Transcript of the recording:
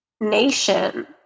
nation